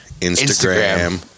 Instagram